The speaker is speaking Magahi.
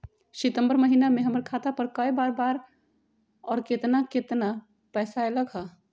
सितम्बर महीना में हमर खाता पर कय बार बार और केतना केतना पैसा अयलक ह?